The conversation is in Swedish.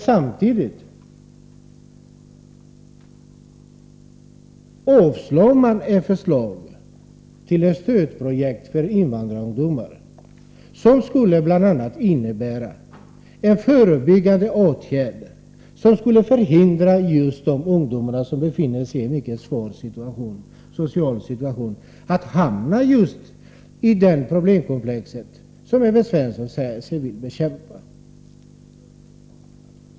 Samtidigt avstyrker man emellertid ett förslag om ett stödprojekt för invandrarungdomar, som bl.a. skulle innebära en förebyggande åtgärd. Den skulle förhindra att just de ungdomar som befinner sig i en mycket svår social situation hamnar i det problemkomplex som Evert Svensson säger sig vilja bekämpa.